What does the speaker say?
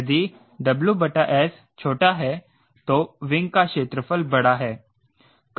यदि WS छोटा है तो विंग का क्षेत्रफल बड़ा है